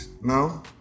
No